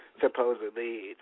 supposedly